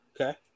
Okay